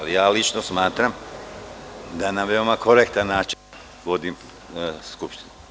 Lično smatram da na veoma korektan način vodim sednicu.